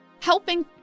helping